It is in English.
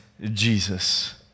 Jesus